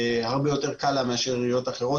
הרבה יותר קל לה מאשר לעיריות אחרות.